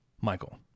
Michael